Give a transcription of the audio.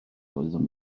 doedden